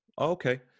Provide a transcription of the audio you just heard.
Okay